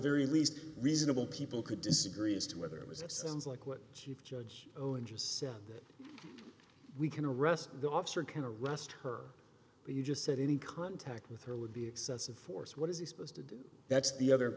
very least reasonable people could disagree as to whether it was a sounds like what chief judge owen just said that we can arrest the officer can arrest her but you just said any contact with her would be excessive force what is he supposed to do that's the other